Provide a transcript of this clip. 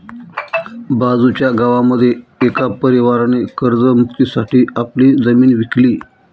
बाजूच्या गावामध्ये एका परिवाराने कर्ज मुक्ती साठी आपली जमीन विकली